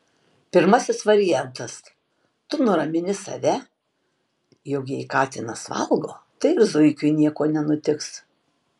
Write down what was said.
pirmasis variantas tu nuramini save jog jei katinas valgo tai ir zuikiui nieko nenutiks